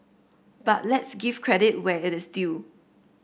but let's give credit where it is due